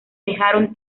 dejaron